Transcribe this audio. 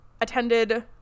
attended